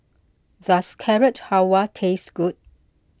does Carrot Halwa taste good